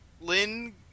Lynn